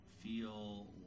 Feel